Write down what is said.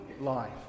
life